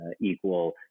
equal